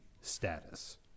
status